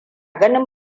ganin